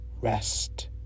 rest